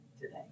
today